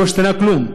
לא השתנה כלום,